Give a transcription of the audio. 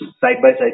side-by-side